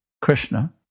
Krishna